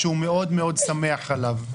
שהוא מאוד מאוד שמח עליו.